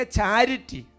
charity